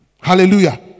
Hallelujah